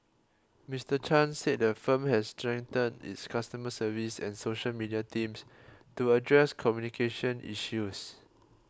Mister Chan said the firm has strengthened its customer service and social media teams to address communication issues